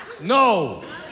No